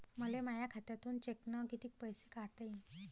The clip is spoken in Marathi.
मले माया खात्यातून चेकनं कितीक पैसे काढता येईन?